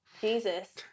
Jesus